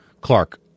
Clark